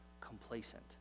complacent